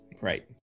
right